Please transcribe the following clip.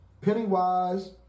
Pennywise